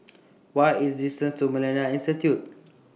What IS The distance to Millennia Institute